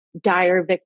dire